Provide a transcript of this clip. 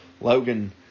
Logan